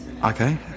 Okay